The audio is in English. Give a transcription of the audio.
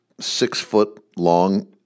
six-foot-long